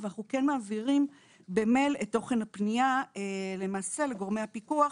אבל אנחנו כן מעבירים במייל את תוכן הפנייה לגורמי הפיקוח